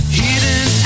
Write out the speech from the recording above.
hidden